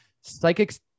psychics